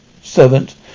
servant